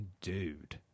dude